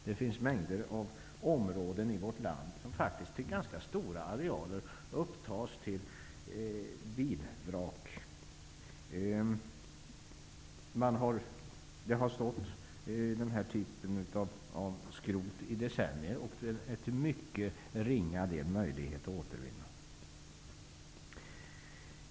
Det finns mängder av områden i vårt land, faktiskt ganska stora arealer, som är belamrade med bilvrak. Denna typ av skrot har stått där i decennier och är till mycket ringa del möjlig att återvinna.